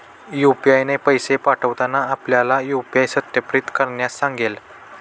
UPI ने पैसे पाठवताना आपल्याला यू.पी.आय सत्यापित करण्यास सांगेल